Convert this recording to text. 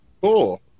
Cool